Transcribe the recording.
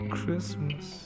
Christmas